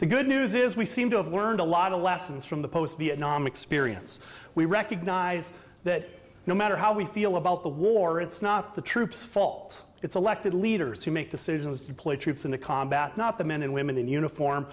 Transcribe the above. the good news is we seem to have learned a lot of lessons from the post vietnam experience we recognize that no matter how we feel about the war it's not the troops fault its elected leaders who make decisions deploy troops into combat not the men and women in uniform